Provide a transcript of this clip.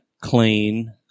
clean